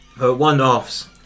One-offs